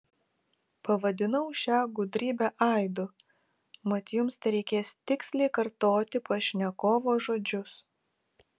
pavadinau šią gudrybę aidu mat jums tereikės tiksliai kartoti pašnekovo žodžius